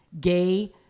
gay